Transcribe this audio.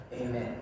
amen